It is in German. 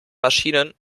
maschinen